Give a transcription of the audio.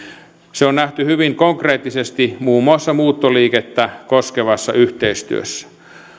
se on nähty hyvin konkreettisesti muun muassa muuttoliikettä koskevassa yhteistyössä